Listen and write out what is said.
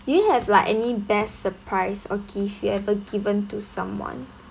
do you have like any best surprise or gift you ever given to someone